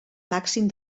màxim